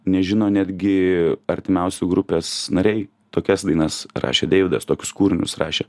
nežino netgi artimiausi grupės nariai tokias dainas rašė deividas tokius kūrinius rašė